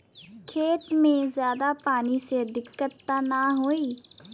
खेत में ज्यादा पानी से दिक्कत त नाही होई?